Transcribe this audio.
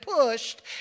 pushed